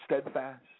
steadfast